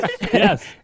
yes